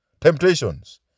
temptations